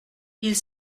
ils